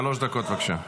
שלוש דקות בבקשה.